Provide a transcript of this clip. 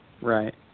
Right